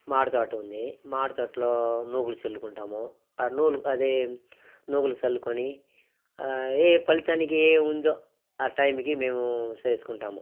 మాడితోటుంది మాడితోటలో నూగులు చల్లుకుంటాము ఆ నూలు అదే నూగులు చల్లుకొని ఏ ఏ ఫలితానికి ఏముందో ఆ టైంకి మేము సేసుకుంటాము